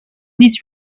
this